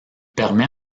permet